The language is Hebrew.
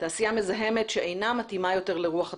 תעשייה מזהמת שאינה מתאימה יותר לרוח התקופה,